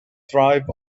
thrive